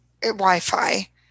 wi-fi